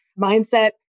mindset